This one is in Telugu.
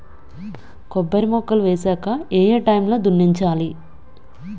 కొబ్బరి మొక్కలు వేసాక ఏ ఏ టైమ్ లో దున్నించాలి?